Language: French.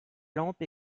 lampe